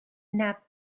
knapp